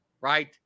right